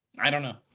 i don't know.